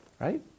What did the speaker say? Right